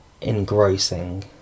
engrossing